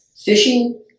fishing